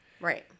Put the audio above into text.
Right